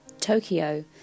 Tokyo